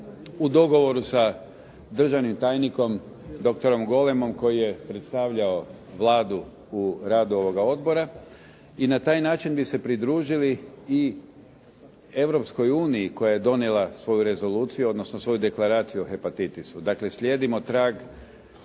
u dogovoru sa državnim tajnikom doktorom Golemom koji je predstavljao Vladu u radu ovoga odbora i na taj način bi se pridružili i Europskoj uniji koja je donijela svoju rezoluciju odnosno svoju Deklaraciju o hepatitisu. Dakle, slijedimo trag